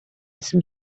some